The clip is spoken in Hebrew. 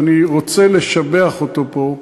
אני רוצה לשבח אותו פה,